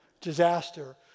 disaster